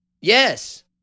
Yes